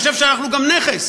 אני חושב שאנחנו גם נכס.